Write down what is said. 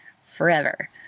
forever